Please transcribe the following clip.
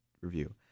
review